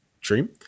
Dream